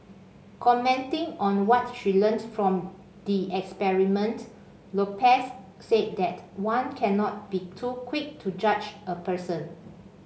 commenting on what she learnt from the experiment Lopez said that one cannot be too quick to judge a person